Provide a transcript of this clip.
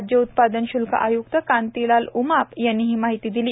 राज्य उत्पादन शुल्क आयुक्त कांतीलाल उमाप यांनी ही माहिती दिली आहे